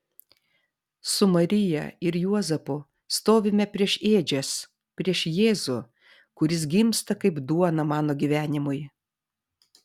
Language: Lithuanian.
su marija ir juozapu stovime prieš ėdžias prieš jėzų kuris gimsta kaip duona mano gyvenimui